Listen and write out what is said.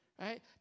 Right